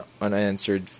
unanswered